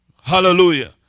Hallelujah